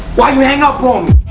white man got boom